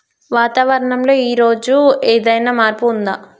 వాతావరణం లో ఈ రోజు ఏదైనా మార్పు ఉందా?